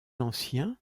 ancien